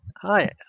hi